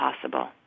possible